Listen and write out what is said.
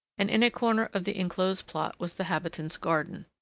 and in a corner of the enclosed plot was the habitant's garden.